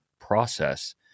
process